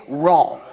wrong